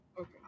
okay